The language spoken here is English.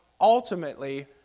ultimately